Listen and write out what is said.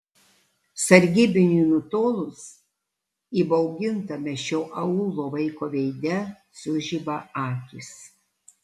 sargybiniui nutolus įbaugintame šio aūlo vaiko veide sužiba akys